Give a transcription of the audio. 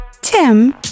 Tim